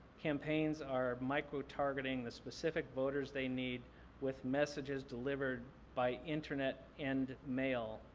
campaigns our micro-targeting the specific voters they need with messages delivered by internet and mail,